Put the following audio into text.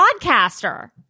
podcaster